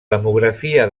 demografia